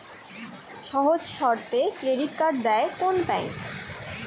সহজ শর্তে credit card দেয় কোন ব্যাংক?